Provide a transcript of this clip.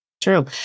True